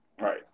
Right